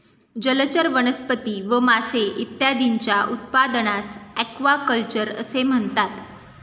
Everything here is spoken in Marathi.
जलचर वनस्पती व मासे इत्यादींच्या उत्पादनास ॲक्वाकल्चर असे म्हणतात